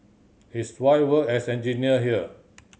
his wife work as engineer here